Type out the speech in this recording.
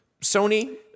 Sony